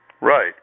Right